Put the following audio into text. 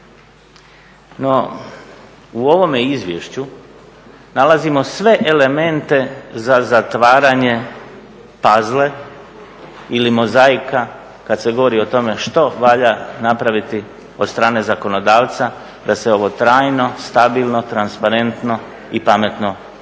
No, u ovome izvješću nalazimo sve elemente za zatvaranje puzzle ili mozaika kad se govori o tome što valja napraviti od strane zakonodavca da se ovo trajno, stabilno, transparentno i pametno uredi.